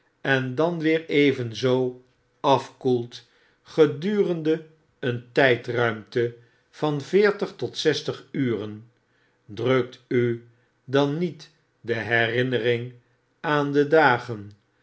en dan weer evenzoo afkoelt gedurende een tydruimte van veertig tot zestig uren djrukt u dan niet de herinnering aan de dagen